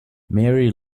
mary